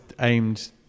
aimed